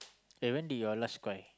eh when did you'll last cry